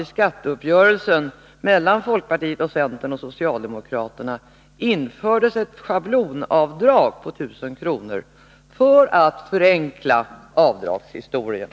infördes vid skatteuppgörelsen mellan folkpartiet, centern och socialdemokraterna för att åstadkomma förenklingar i fråga om avdragen.